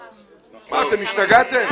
מה, אתם השתגעתם?